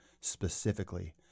specifically